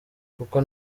kuko